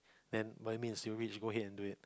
then by all means you rich go ahead and just do it